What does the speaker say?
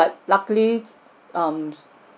but luckily um